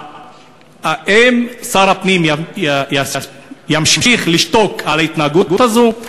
האם שר הפנים ימשיך לשתוק על ההתנהגות הזאת,